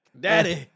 Daddy